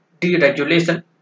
deregulation